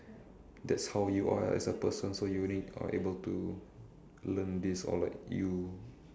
that's how you are as a person so unique are able to learn this or like you